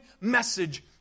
message